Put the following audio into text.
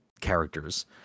characters